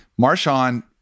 Marshawn